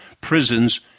prisons